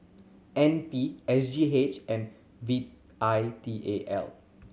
N P S G H and V I T A L